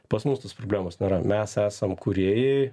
pas mus tos problemos nėra mes esam kūrėjai